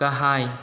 गाहाय